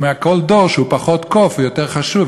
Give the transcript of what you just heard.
כל דור שהוא פחות קוף הוא יותר חשוב,